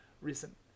recent